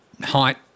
height